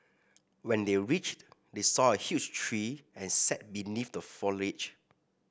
when they reached they saw a huge tree and sat beneath the foliage